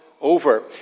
over